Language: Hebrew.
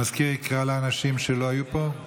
המזכיר יקרא לאנשים שלא היו פה.